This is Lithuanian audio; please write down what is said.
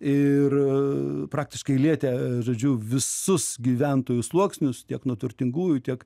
ir praktiškai lietė žodžiu visus gyventojų sluoksnius tiek nuo turtingųjų tiek